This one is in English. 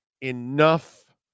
enough